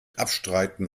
abstreiten